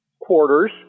quarters